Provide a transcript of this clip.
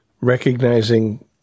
recognizing